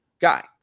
guy